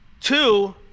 Two